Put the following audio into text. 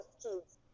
kids